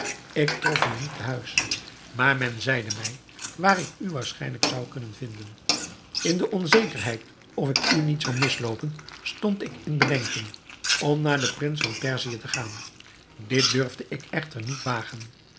ik trof u niet te huis maar men zeide mij waar ik u waarschijnlijk zou kunnen vinden in de onzekerheid of ik u niet zou misloopen stond ik in bedenking om naar den prins van perzië te gaan dit durfde ik echter niet wagen